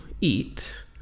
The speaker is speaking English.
eat